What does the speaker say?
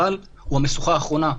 אבל הוא המשוכה האחרונה.